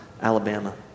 Alabama